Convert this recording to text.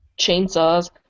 chainsaws